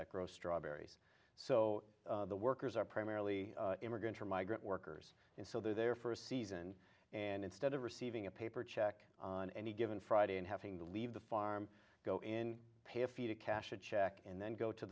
that grow strawberries so the workers are primarily immigrants or migrant workers and so they're there for a season and instead of receiving a paper check on any given friday and having to leave the farm go in pay a fee to cash a check and then go to